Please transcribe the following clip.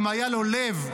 אם היה לו לב,